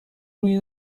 روی